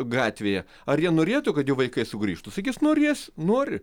gatvėje ar jie norėtų kad jų vaikai sugrįžtų sakys norės nori